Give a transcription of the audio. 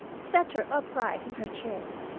set her upright in her chair,